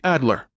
Adler